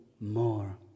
more